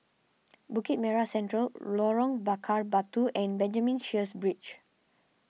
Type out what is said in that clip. Bukit Merah Central Lorong Bakar Batu and Benjamin Sheares Bridge